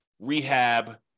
rehab